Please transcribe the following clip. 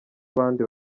abandi